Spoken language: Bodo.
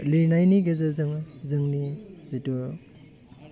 लिरनायनि गेजेरजों जोंनि जिथु